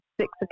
six